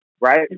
Right